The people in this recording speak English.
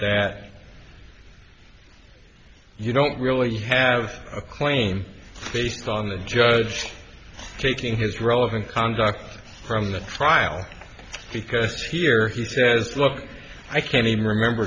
that you don't really have a claim based on the judge taking his relevant conduct from the trial because here he says look i can't even remember